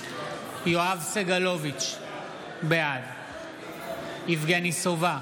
יואב סגלוביץ' בעד יבגני סובה,